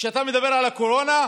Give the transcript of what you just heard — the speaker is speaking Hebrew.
כשאתה מדבר על הקורונה,